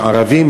יש ערבים,